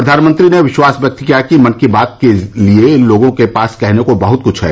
प्रधानमंत्री ने विश्वास व्यक्त किया कि मन की बात के लिए लोगों के पास कहने को बहुत कुछ है